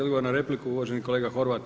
Odgovor na repliku, uvaženi kolega Horvat.